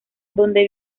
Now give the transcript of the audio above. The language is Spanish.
donde